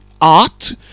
Art